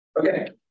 Okay